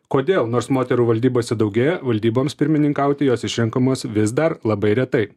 kodėl nors moterų valdybose daugėja valdyboms pirmininkauti jos išrenkamos vis dar labai retai